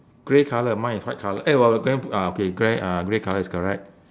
grey colour mine is white colour eh but the gre~ ah okay grey uh grey colour is correct